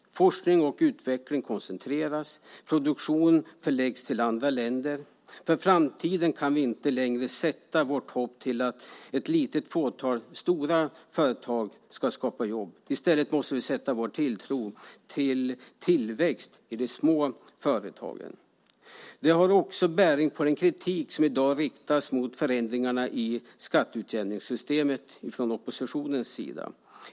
Forskning och utveckling koncentreras. Produktion förläggs till andra länder. För framtiden kan vi inte längre sätta vårt hopp till att ett litet fåtal stora företag ska skapa jobb. I stället måste vi ha en tilltro till tillväxt i de små företagen. Det har också bäring på den kritik från oppositionens sida som i dag riktas mot förändringarna i skatteutjämningssystemet.